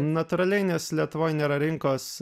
natūraliai nes lietuvoj nėra rinkos